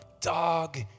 dog